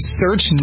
search